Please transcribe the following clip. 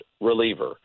reliever